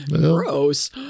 Gross